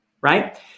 right